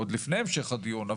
עוד לפני המשך הדיון.